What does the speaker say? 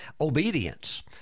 obedience